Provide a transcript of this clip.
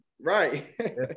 Right